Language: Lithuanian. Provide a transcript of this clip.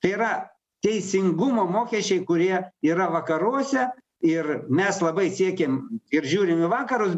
tai yra teisingumo mokesčiai kurie yra vakaruose ir mes labai siekėm ir žiūrim į vakarus